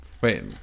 Wait